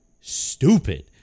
stupid